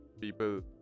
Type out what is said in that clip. people